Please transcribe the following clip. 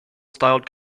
styled